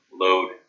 load